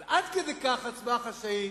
אבל עד כדי כך הצבעה חשאית